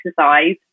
exercise